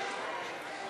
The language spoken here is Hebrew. יחיא.